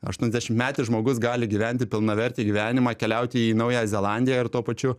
aštuondešimtmetis žmogus gali gyventi pilnavertį gyvenimą keliauti į naująją zelandiją ir tuo pačiu